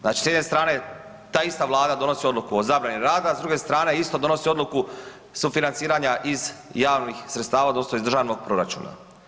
Znači s jedne strane ta ista Vlada donosi odluku o zabrani rada, s druge strane isto donosi odluku sufinanciranja iz javnih sredstava odnosno iz državnog proračuna.